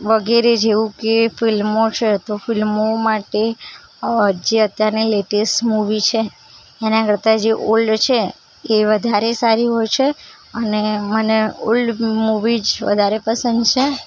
વગેરે જેવું કે ફિલ્મો છે તો ફિલ્મો માટે અ જે અત્યારની લેટેસ્ટ મૂવી છે એનાં કરતાં જે ઓલ્ડ છે એ વધારે સારી હોય છે અને મને ઓલ્ડ મૂવી જ વધારે પસંદ છે